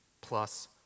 plus